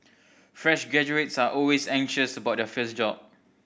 fresh graduates are always anxious about their first job